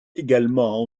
également